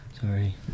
Sorry